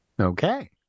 okay